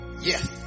Yes